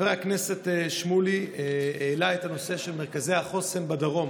חבר הכנסת שמולי העלה את הנושא של מרכזי החוסן בדרום.